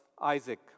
Isaac